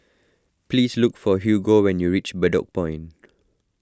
please look for Hugo when you reach Bedok Point